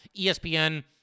ESPN